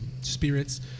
spirits